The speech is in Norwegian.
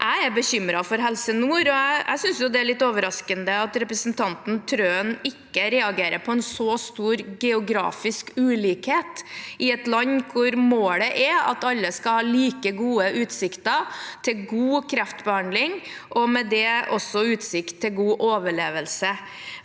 Jeg er bekymret for Helse Nord, og jeg synes det er litt overraskende at representanten Wilhelmsen Trøen ikke reagerer på en så stor geografisk ulikhet i et land hvor målet er at alle skal ha like gode utsikter til god kreftbehandling, og med det også utsikt til god overlevelse.